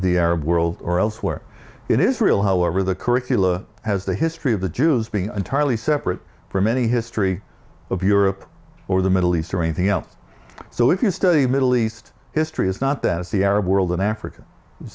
the arab world or elsewhere in israel however the curricula has the history of the jews being entirely separate from any history of europe or the middle east or anything else so if you study middle east history it's not that the arab world in africa